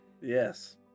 Yes